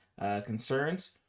concerns